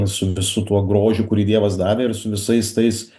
su visu tuo grožiu kurį dievas davė ir su visais tais